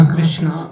Krishna